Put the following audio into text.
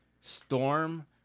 Storm